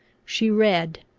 she read,